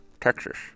Texas